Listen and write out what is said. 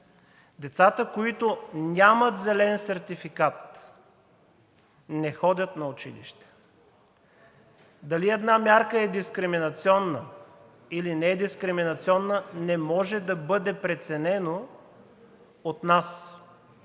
Децата, които нямат зелен сертификат, не ходят на училище. Дали една мярка е дискриминационна, или не е дискриминационна не може да бъде преценено от нас.